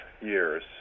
years